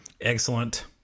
excellent